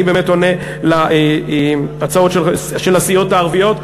אני באמת עונה להצעות של הסיעות הערביות.